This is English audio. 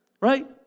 Right